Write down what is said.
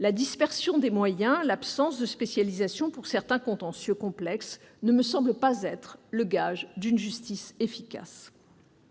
la dispersion des moyens, l'absence de spécialisation pour certains contentieux complexes ne me semblent pas être le gage d'une justice efficace.